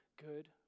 good